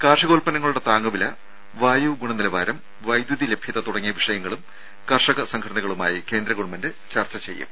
കാർഷികോത്പന്നങ്ങളുടെ താങ്ങുവില വായു ഗുണനിലവാരം വൈദ്യുതി ലഭ്യത തുടങ്ങിയ വിഷയങ്ങളും കർഷക സംഘടനകളുമായി കേന്ദ്ര ഗവൺമെന്റ് ചർച്ച ചെയ്യും